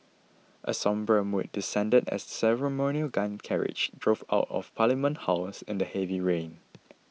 a sombre mood descended as the ceremonial gun carriage drove out of Parliament House in the heavy rain